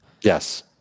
Yes